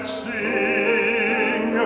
sing